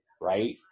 right